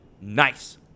nice